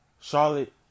Charlotte